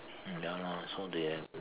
mm ya lor so they have